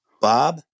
Bob